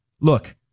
Look